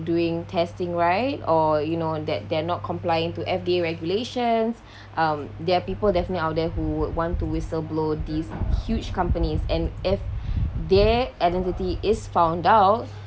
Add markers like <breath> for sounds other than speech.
doing testing right or you know that they're not complying to F_D_A regulations <breath> um there are people definitely out there who would want to whistle blow these huge companies and if their identity is found out